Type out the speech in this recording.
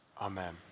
Amen